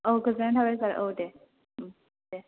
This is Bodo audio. औ गोजोननाय थाबाय सार औ दे औ दे